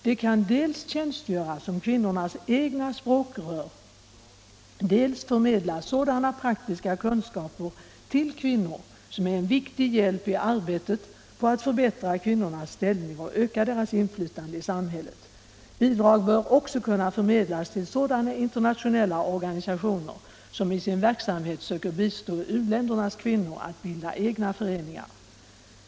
De kan dels tjänstgöra som kvinnornas egna språkrör, dels förmedla sådana praktiska kunskaper till kvinnor som är en viktig hjälp i arbetet på att förbättra kvinnornas ställning och öka deras inflytande i samhället. Bidrag bör också kunna förmedlas till sådana internationella organisationer som i sin verksamhet söker hjälpa u-ländernas kvinnor att bilda egna föreningar.